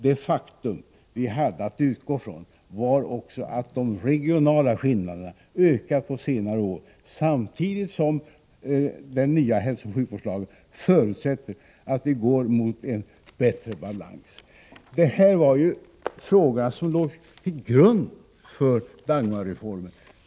Ett faktum som vi hade att utgå från var också att de regionala skillnaderna ökat på senare år, samtidigt som den nya hälsooch sjukvårdslagen förutsätter att vi går mot en bättre balans. Detta var ju frågor som låg till grund för Dagmarreformen.